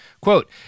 Quote